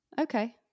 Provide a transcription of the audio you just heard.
Okay